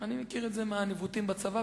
אני מכיר את זה מהניווטים בצבא,